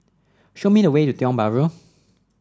show me the way to Tiong Bahru